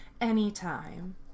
anytime